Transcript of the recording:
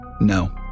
No